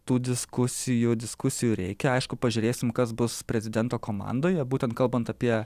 tų diskusijų diskusijų reikia aišku pažiūrėsim kas bus prezidento komandoje būtent kalbant apie